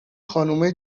خانومه